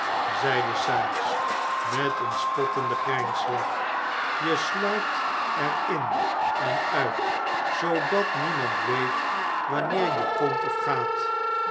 zeide sikes met een sportenden grijnslach je sluipt er in en uit zoodat niemand weet wanneer je komt of gaat